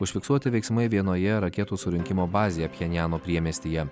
užfiksuoti veiksmai vienoje raketų surinkimo bazėje pchenjano priemiestyje